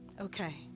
okay